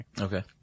okay